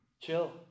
Chill